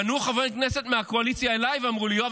פנו אליי חברי כנסת מהקואליציה ואמרו לי: יואב,